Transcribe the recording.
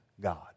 God